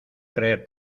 creer